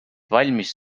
valmis